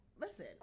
Listen